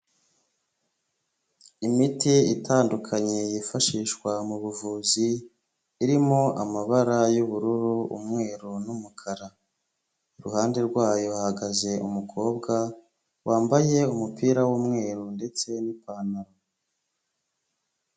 Imiti itandukanye yifashishwa mu buvuzi irimo amabara y'ubururu, umweru n'umukara iruhande rwayo hahagaze umukobwa wambaye umupira w'umweru ndetse n'ipantaro.